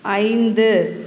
ஐந்து